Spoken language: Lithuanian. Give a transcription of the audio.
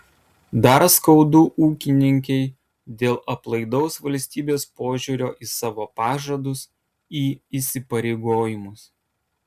dar skaudu ūkininkei dėl aplaidaus valstybės požiūrio į savo pažadus į įsipareigojimus